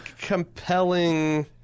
compelling